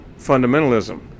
fundamentalism